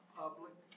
public